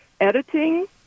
editing